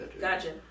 gotcha